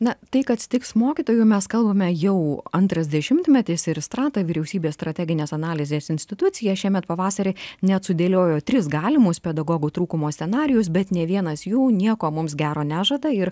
na tai kad stigs mokytojų mes kalbame jau antras dešimtmetis ir strata vyriausybės strateginės analizės institucija šiemet pavasarį net sudėliojo tris galimus pedagogų trūkumo scenarijus bet nė vienas jų nieko mums gero nežada ir